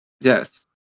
Yes